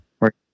work